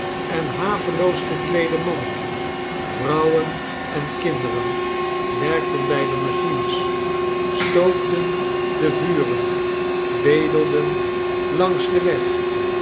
en haveloos gekleede mannen vrouwen en kinderen werkten bij de machines stookten de vuren bedelden langs den weg